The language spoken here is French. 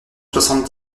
soixante